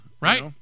Right